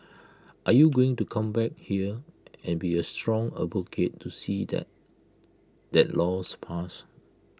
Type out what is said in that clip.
are you going to come back up here and be A strong advocate to see that that law's passed